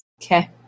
Okay